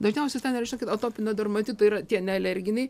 dažniausiai tai nereiškia kad atopinio dermatito yra tie nealerginiai